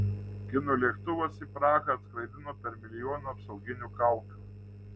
kinų lėktuvas į prahą atskraidino per milijoną apsauginių kaukių